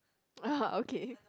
ah okay